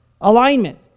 alignment